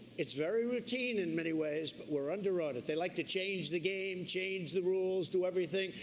it's very routine in many ways. but we're under audit. they like to change the game, change the rules, do everything.